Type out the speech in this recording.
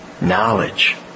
knowledge